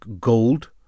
gold